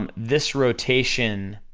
um this rotation,